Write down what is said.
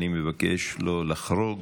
אני מבקש לא לחרוג.